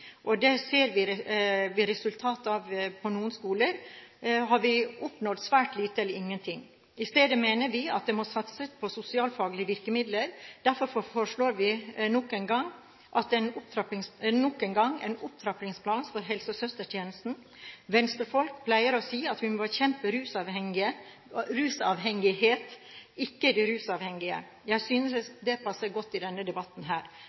og det ser vi er resultatet ved noen skoler, har vi oppnådd svært lite – eller ingenting. I stedet mener vi at det må satses på sosialfaglige virkemidler. Derfor foreslår vi nok en gang en opptrappingsplan for helsesøstertjenesten. Venstrefolk pleier å si at vi må bekjempe rusavhengighet – ikke rusavhengige. Jeg synes det passer godt i denne debatten.